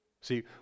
See